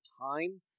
time